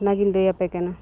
ᱚᱱᱟ ᱜᱤᱧ ᱞᱟᱹᱭᱟᱯᱮ ᱠᱟᱱᱟ